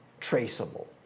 traceable